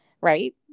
right